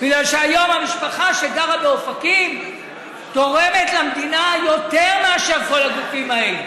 בגלל שהיום המשפחה שגרה באופקים תורמת למדינה יותר מאשר כל הגופים האלה.